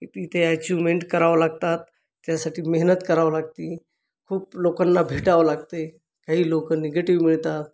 की तिथे अचिवमेंट करावं लागतात त्यासाठी मेहनत करावं लागती खूप लोकांना भेटावं लागते काही लोक निगेटिव मिळतात